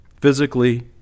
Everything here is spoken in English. physically